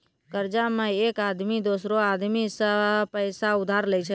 कर्जा मे एक आदमी दोसरो आदमी सं पैसा उधार लेय छै